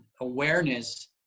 awareness